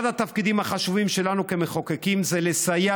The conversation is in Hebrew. אחד התפקידים החשובים שלנו כמחוקקים זה לסייע